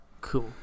cool